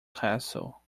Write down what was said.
castle